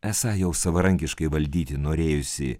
esą jau savarankiškai valdyti norėjusį